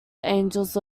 angels